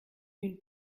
une